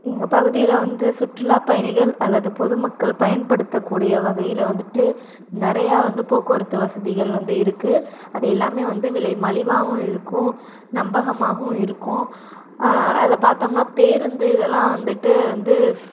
எங்கள் பகுதியில் வந்து சுற்றுலாப் பயணிகள் அல்லது பொதுமக்கள் பயன்படுத்தக்கூடிய வகையில் வந்துட்டு நிறையா வந்து போக்குவரத்து வசதிகள் வந்து இருக்குது அது எல்லாமே வந்து விலை மலிவாகவும் இருக்கும் நம்பகமாகவும் இருக்கும் அதில் பார்த்தோம்னா பேருந்து இதெல்லாம் வந்துட்டு வந்து